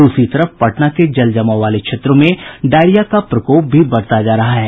दूसरी तरफ पटना के जलजमाव वाले क्षेत्रों में डायरिया का प्रकोप भी बढ़ता जा रहा है